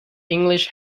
english